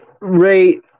Ray